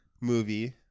movie